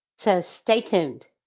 so stay tuned.